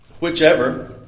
Whichever